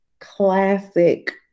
classic